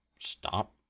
stop